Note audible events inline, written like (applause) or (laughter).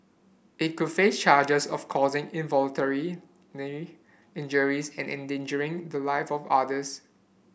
it could face charges of causing involuntary (unintelligible) injuries and endangering the live of others